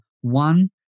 one